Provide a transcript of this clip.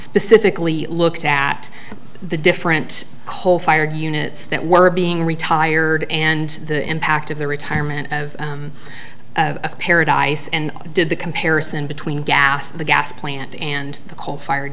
specifically looked at the different coal fired units that were being retired and the impact of the retirement of paradise and did the comparison between gas the gas plant and the coal fired